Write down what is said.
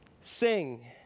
Sing